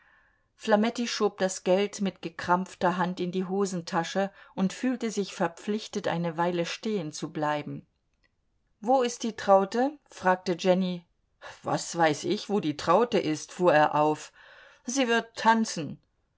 flametti schob das geld mit gekrampfter hand in die hosentasche und fühlte sich verpflichtet eine weile stehen zu bleiben wo ist die traute fragte jenny was weiß ich wo die traute ist fuhr er auf sie wird tanzen